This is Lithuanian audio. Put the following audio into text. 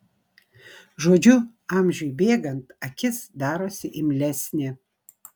žodžiu amžiui bėgant akis darosi imlesnė